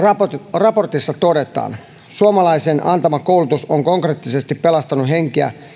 raportissa todetaan suomalaisten antama koulutus on konkreettisesti pelastanut henkiä